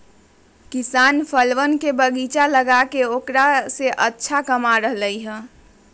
किसान फलवन के बगीचा लगाके औकरा से अच्छा कमा रहले है